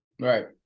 right